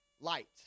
light